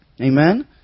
Amen